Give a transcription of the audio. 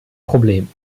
problem